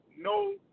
no